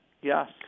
Yes